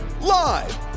Live